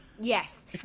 Yes